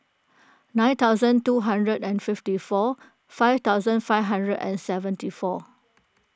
nine thousand two hundred and fifty four five thousand five hundred and seventy four